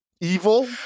evil